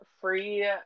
free